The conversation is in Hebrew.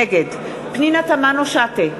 נגד פנינה תמנו-שטה,